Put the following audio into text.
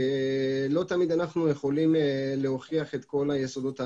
לצערי לא תמיד אנחנו יכולים להוכיח את כל יסודות העבירה.